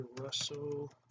Russell